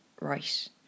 right